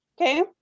Okay